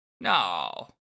no